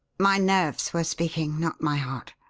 my nerves were speaking, not my heart.